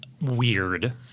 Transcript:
weird